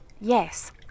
Yes